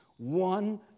One